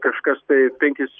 kažkas tai penkis